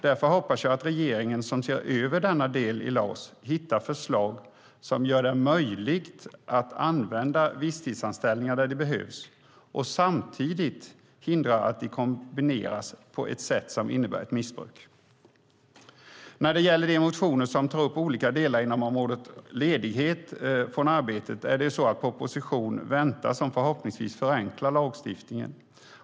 Därför hoppas jag att regeringen, som ser över denna del i LAS, hittar förslag som gör det möjligt att använda visstidsanställningar där de behövs och samtidigt hindrar att de kombineras på ett sätt som innebär ett missbruk. När det gäller de motioner som tar upp olika delar inom området ledighet från arbetet väntas en proposition som förhoppningsvis förenklar lagstiftningen.